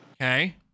Okay